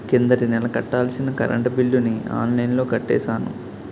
కిందటి నెల కట్టాల్సిన కరెంట్ బిల్లుని ఆన్లైన్లో కట్టేశాను